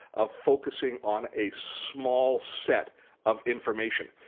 of focusing on a small set of information.